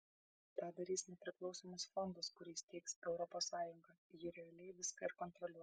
tą darys nepriklausomas fondas kurį steigs europos sąjunga ji realiai viską ir kontroliuos